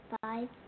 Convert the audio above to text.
five